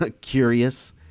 curious